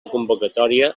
convocatòria